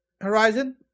Horizon